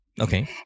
Okay